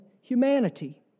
humanity